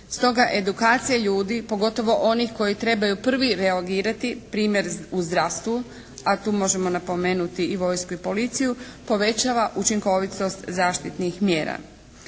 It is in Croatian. stoga edukacija ljudi pogotovo onih koji trebaju prvi reagirati primjer u zdravstvu, a tu možemo napomenuti i vojsku i policiju, povećava učinkovitost zaštitnih mjera.